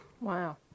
Wow